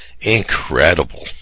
Incredible